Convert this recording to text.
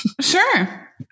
Sure